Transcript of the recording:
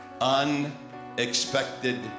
Unexpected